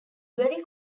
very